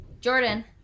Jordan